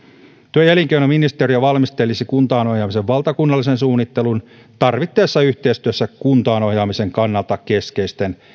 työ ja elinkeinoministeriö valmistelisi kuntaan ohjaamisen valtakunnallisen suunnittelun tarvittaessa yhteistyössä kuntaan ohjaamisen kannalta keskeisten